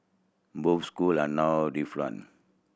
both school are now